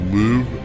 live